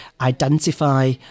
identify